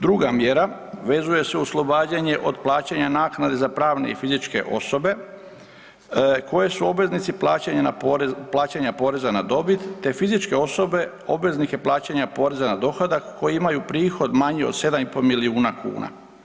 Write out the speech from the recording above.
Druga mjera vezuje se uz oslobađanje od plaćanja naknade za pravne i fizičke osobe koje su obveznici plaćanja poreza na dobit, te fizičke osobe obveznike plaćanja poreza na dohodak koji imaju prihod manji od 7 i pol milijuna kuna.